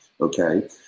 okay